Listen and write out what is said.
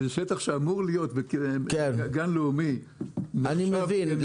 בשטח שאמור להיות גן לאומי --- אני מבין.